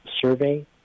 Survey